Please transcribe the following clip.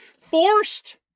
forced